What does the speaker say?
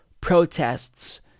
protests